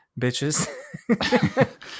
bitches